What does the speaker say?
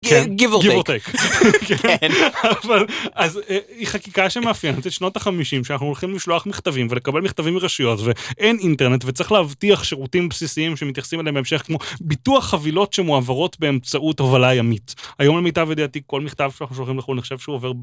אז היא חקיקה שמאפיינת את שנות החמישים שאנחנו הולכים לשלוח מכתבים ולקבל מכתבים מרשויות ואין אינטרנט וצריך להבטיח שירותים בסיסיים שמתייחסים אליהם בהמשך כמו ביטוח חבילות שמועברות באמצעות הובלה ימית. היום למיטב ידיעתי, כל מכתב שאנחנו שולחים לחו״ל נחשב שהוא עובר.